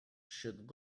should